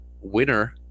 winner